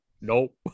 Nope